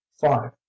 five